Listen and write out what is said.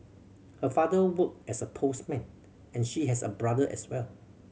her father worked as a postman and she has a brother as well